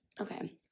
okay